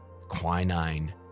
quinine